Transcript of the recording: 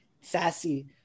sassy